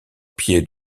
pied